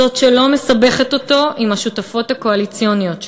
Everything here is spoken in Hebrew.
זאת שלא מסבכת אותו עם השותפות הקואליציוניות שלו.